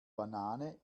banane